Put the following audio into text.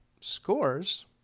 Scores